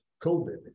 COVID